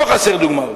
לא חסרות דוגמאות: